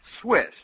Swiss